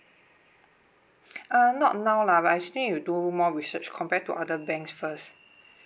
uh not now lah but I actually will do more research compare to other banks first